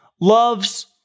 loves